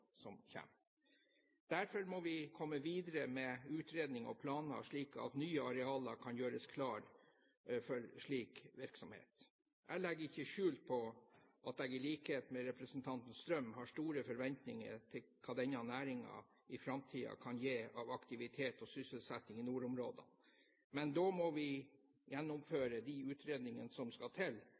kommer. Derfor må vi komme videre med utredninger og planer, slik at nye arealer kan gjøres klar for slik virksomhet. Jeg legger ikke skjul på at jeg, i likhet med representanten Strøm, har store forventninger til hva denne næringen i framtiden kan gi av aktivitet og sysselsetting i nordområdene. Men da må vi gjennomføre de utredningene som skal til